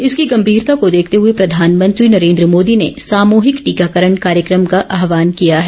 इसकी गंभीरता को देखते हुए प्रधानमंत्री नरेंद्र मोदी ने सामूहिक टीकाकरण कार्यक्रम का आहवान किया है